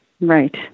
Right